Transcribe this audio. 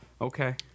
Okay